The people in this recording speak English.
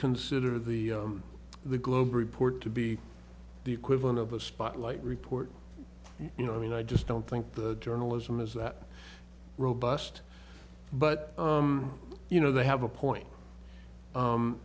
consider the the globe report to be the equivalent of a spotlight report you know i mean i just don't think the journalism is that robust but you know they have a point